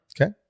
Okay